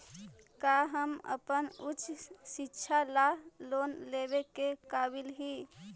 का हम अपन उच्च शिक्षा ला लोन लेवे के काबिल ही?